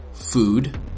Food